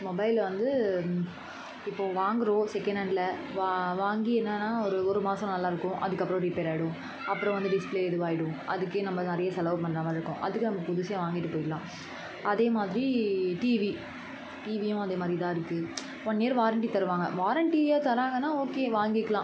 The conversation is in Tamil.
மொபைல் வந்து இப்போது வாங்குகிறோம் செகண்ட் ஹேண்ட்ல வா வாங்கி என்னென்னா ஒரு ஒரு மாதம் நல்லாயிருக்கும் அதுக்கப்புறம் ரிப்பேர் ஆகிடும் அப்புறம் வந்து டிஸ்ப்ளே இதுவாகிடும் அதுக்கே நம்ம நிறைய செலவு பண்ணுறாமாரி இருக்கும் அதுக்கு நம்ம புதுசே வாங்கிட்டு போயிடலாம் அதேமாதிரி டிவி டிவியும் அதே மாதிரிதான் இருக்குது ஒன் இயர் வாரண்ட்டி தருவாங்கள் வாரண்ட்டியாக தராங்கன்னால் ஓகே வாங்கிக்கலாம்